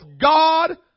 God